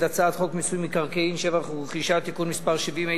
הצעת חוק מיסוי מקרקעין (שבח ורכישה) (תיקון מס' 70),